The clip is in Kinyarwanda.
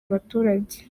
abaturage